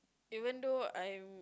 even though I'm